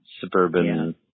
suburban